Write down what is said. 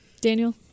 Daniel